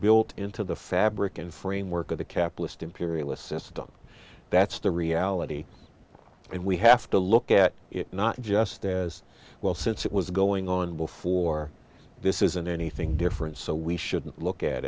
built into the fabric and framework of the capitalist imperialist system that's the reality and we have to look at it not just as well since it was going on before this isn't anything different so we shouldn't look at